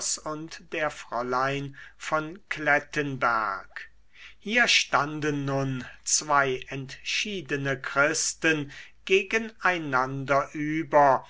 und der fräulein von klettenberg hier standen nun zwei entschiedene christen gegen einander über